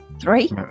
Three